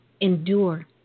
endure